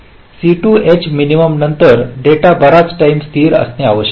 C2 h minimum नंतर data बर्याच time स्थिर असणे आवश्यक आहे